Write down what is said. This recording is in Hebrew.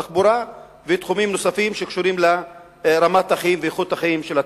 תחבורה ותחומים נוספים שקשורים לרמת החיים ולאיכות החיים של התושבים.